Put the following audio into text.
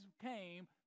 came